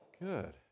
Good